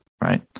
right